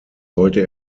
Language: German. sollte